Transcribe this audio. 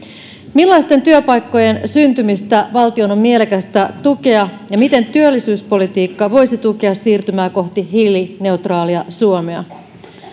millaisten työpaikkojen syntymistä valtion on mielekästä tukea ja miten työllisyyspolitiikkaa voisi tukea siirtymään kohti hiilineutraalia suomea